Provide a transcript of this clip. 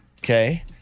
Okay